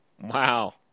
Wow